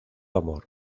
amor